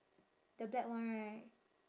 the black one right